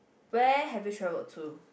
where have you travelled to